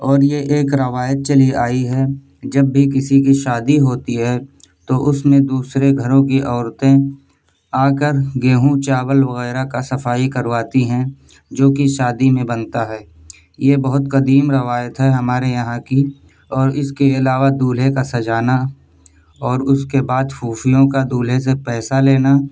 اور یہ ایک روایت چلی آئی ہے جب بھی کسی کی شادی ہوتی ہے تو اس میں دوسرے گھروں کی عورتیں آ کر گیہوں چاول وغیرہ کا صفائی کرواتی ہیں جو کہ شادی میں بنتا ہے یہ بہت قدیم روایت ہے ہمارے یہاں کی اور اس کے علاوہ دولہے کا سجانا اور اس کے بعد پھوپھیوں کا دولہے سے پیسے لینا